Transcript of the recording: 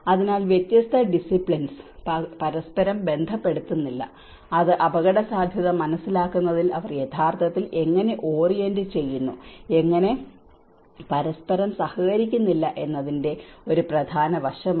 അതിനാൽ വ്യത്യസ്ത ഡിസ്സിപ്ലിൻസ് പരസ്പരം ബന്ധപ്പെടുത്തുന്നില്ല അത് അപകടസാധ്യത മനസ്സിലാക്കുന്നതിൽ അവർ യഥാർത്ഥത്തിൽ എങ്ങനെ ഓറിയന്റുചെയ്യുന്നു എങ്ങനെ പരസ്പരം സഹകരിക്കുന്നില്ല എന്നതിന്റെ ഒരു പ്രധാന വശമാണ്